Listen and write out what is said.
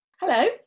Hello